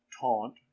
TAUNT